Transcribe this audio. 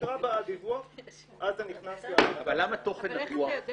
שיקרה בדיווח אז- - אבל למה תוכן הדיווח?